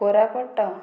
Koraput